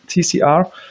TCR